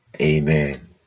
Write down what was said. Amen